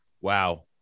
Wow